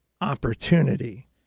opportunity